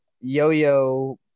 Yo-Yo